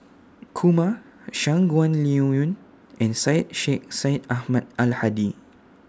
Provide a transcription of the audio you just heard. Kumar Shangguan Liuyun and Syed Sheikh Syed Ahmad Al Hadi